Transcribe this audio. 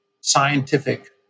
scientific